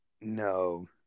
No